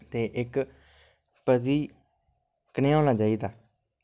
ते इक पति कनेहा होना चाहिदा